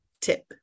tip